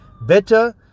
better